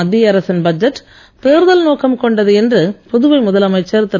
மத்திய அரசின் பட்ஜெட் தேர்தல் நோக்கம் கொண்டது என்று புதுவை முதலமைச்சர் திரு